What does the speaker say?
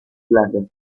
plazas